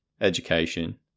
education